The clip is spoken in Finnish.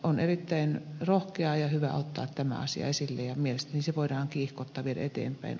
on erittäin rohkeaa ja hyvä ottaa tämä asia esille ja mielestäni se voidaan kiihkotta viedä eteenpäin